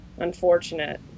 Unfortunate